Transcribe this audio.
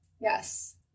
Yes